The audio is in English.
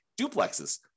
duplexes